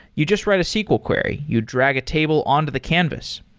you just write a sql query. you drag a table on to the canvas.